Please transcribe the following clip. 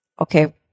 okay